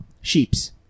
sheeps